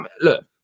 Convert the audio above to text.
Look